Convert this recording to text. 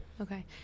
Okay